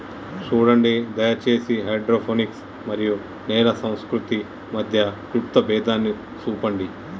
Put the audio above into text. సూడండి దయచేసి హైడ్రోపోనిక్స్ మరియు నేల సంస్కృతి మధ్య క్లుప్త భేదాన్ని సూపండి